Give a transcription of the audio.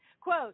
Quote